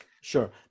Sure